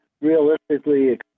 realistically